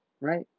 right